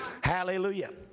Hallelujah